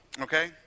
okay